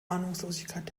ahnungslosigkeit